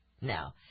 Now